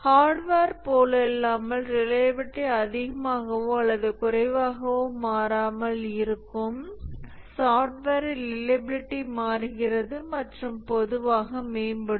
hardware போலல்லாமல் reliability அதிகமாகவோ அல்லது குறைவாகவோ மாறாமல் இருக்கும் சாஃப்ட்வேரில் ரிலையபிலிட்டி மாறுகிறது மற்றும் பொதுவாக மேம்படும்